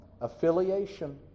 affiliation